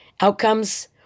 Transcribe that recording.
outcomes